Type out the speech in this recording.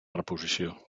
reposició